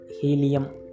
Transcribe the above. helium